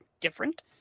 different